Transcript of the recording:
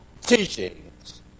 Teachings